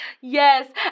Yes